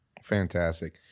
Fantastic